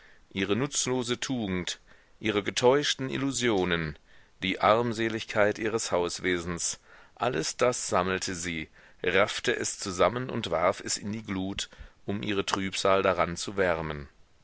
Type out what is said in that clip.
ihre nutzlose tugend ihre getäuschten illusionen die armseligkeit ihres hauswesens alles das sammelte sie raffte es zusammen und warf es in die glut um ihre trübsal daran zu wärmen